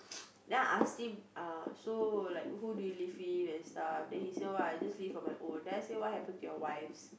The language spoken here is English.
then I ask him uh so like who do you live with and stuff then he say oh I just live on my own then I said what happened to your wives